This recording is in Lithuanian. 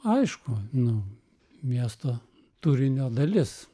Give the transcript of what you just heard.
aišku nu miesto turinio dalis